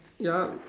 yup